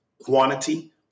quantity